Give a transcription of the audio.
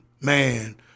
Man